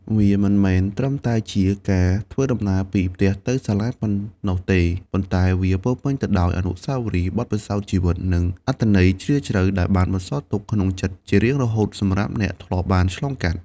វាមិនមែនត្រឹមតែជាការធ្វើដំណើរពីផ្ទះទៅសាលាប៉ុណ្ណោះទេ ប៉ុន្តែវាពោរពេញទៅដោយ អនុស្សាវរីយ៍ បទពិសោធន៍ជីវិត និងអត្ថន័យជ្រាលជ្រៅ ដែលបានបន្សល់ទុកក្នុងចិត្តជារៀងរហូតសម្រាប់អ្នកធ្លាប់បានឆ្លងកាត់។